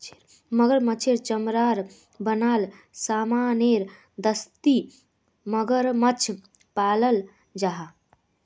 मगरमाछेर चमरार बनाल सामानेर दस्ती मगरमाछ पालाल जाहा